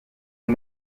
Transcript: les